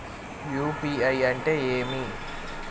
UPI అంటే ఏమి?